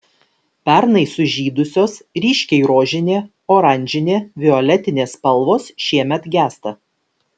pernai sužydusios ryškiai rožinė oranžinė violetinė spalvos šiemet gęsta